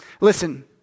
Listen